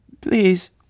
Please